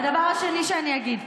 הדבר השני שאני אגיד,